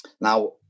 now